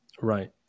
Right